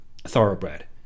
thoroughbred